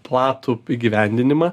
platų įgyvendinimą